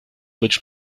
which